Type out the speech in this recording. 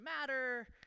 matter